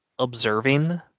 observing